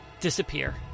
disappear